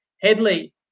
Headley